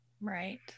Right